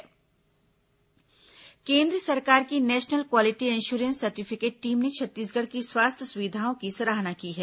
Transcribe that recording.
स्वास्थ्य सुविधा सराहना केंद्र सरकार की national quality assurance certificate team ने छत्तीसगढ़ की स्वास्थ्य सुविधाओं की सराहना की है